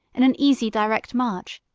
in an easy, direct march,